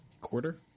Quarter